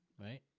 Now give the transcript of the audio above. right